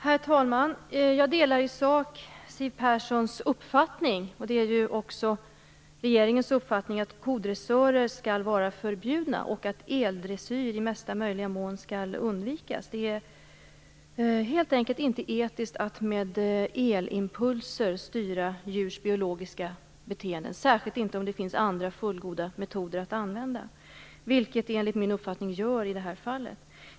Herr talman! Jag delar i sak Siw Perssons uppfattning. Det är också regeringens uppfattning att kodressörer skall vara förbjudna och att eldressyr i mesta möjliga mån skall undvikas. Det är helt enkelt inte etiskt att med elimpulser styra djurs biologiska beteenden, särskilt inte om det finns andra fullgoda metoder att använda. Det finns det, enligt min uppfattning, i det här fallet.